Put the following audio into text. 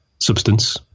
substance